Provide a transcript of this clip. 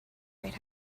might